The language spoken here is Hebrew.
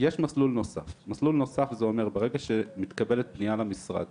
יש מסלול נוסף, ברגע שמתקבלת פנייה למשרד